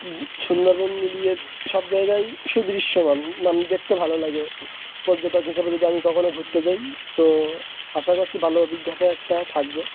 সুন্দরবন মিলিয়ে সব জায়গায় সুদৃশ্যমান মানে দেখতে ভালো লাগে পর্যটক হিসাবে যদি আমি কখনো ঘুরতে যাই তো আশা করছি ভালো অভিজ্ঞতা একটা থাকবে